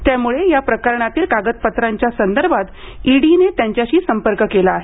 त्यामुळे या प्रकरणातील कागदपत्रांच्या संदर्भात इडीने त्यांच्याशी संपर्क केला आहे